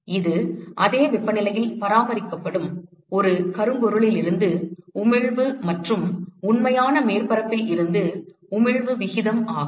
இது அதே வெப்பநிலையில் பராமரிக்கப்படும் ஒரு கரும்பொருளிலிருந்து உமிழ்வு மற்றும் உண்மையான மேற்பரப்பில் இருந்து உமிழ்வு விகிதம் ஆகும்